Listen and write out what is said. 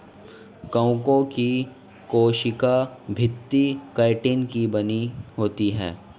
कवकों की कोशिका भित्ति काइटिन की बनी होती है